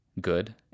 good